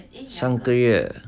三个月